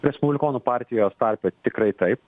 respublikonų partijos tarpe tikrai taip